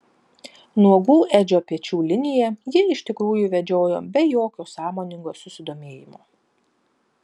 nuogų edžio pečių liniją ji iš tikrųjų vedžiojo be jokio sąmoningo susidomėjimo